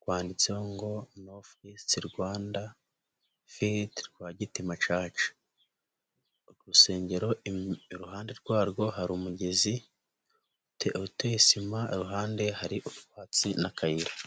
rwanditseho ngo ''NERF Rwagitima church''. urusengero iruhande rwarwo hari umugezi uteye sima, iruhande hari utwatsi n'akayira.